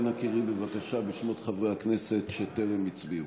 אנא קראי בבקשה בשמות חברי הכנסת שטרם הצביעו.